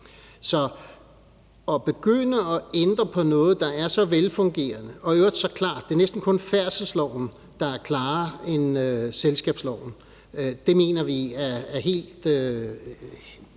Så at begynde at ændre på noget, der er så velfungerende og i øvrigt så klart – det er næsten kun færdselsloven, der er klarere end selskabsloven – mener vi er helt forkert.